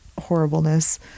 Horribleness